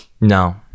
No